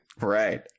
Right